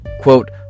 Quote